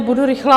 Budu rychlá.